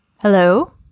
Hello